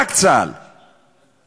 רק צה"ל יחקור